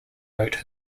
wrote